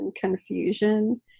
confusion